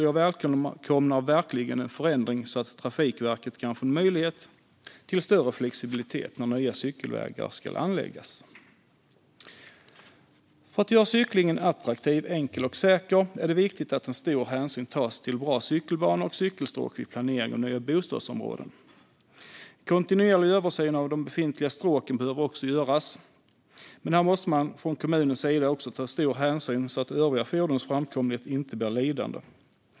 Jag välkomnar verkligen en förändring så att Trafikverket kan få möjlighet till större flexibilitet när nya cykelvägar ska anläggas. För att göra cyklingen attraktiv, enkel och säker är det viktigt att stor hänsyn tas till bra cykelbanor och cykelstråk vid planering av nya bostadsområden. En kontinuerlig översyn av de befintliga stråken behöver också göras, men här måste man från kommunernas sida också ta stor hänsyn så att övriga fordons framkomlighet inte blir lidande.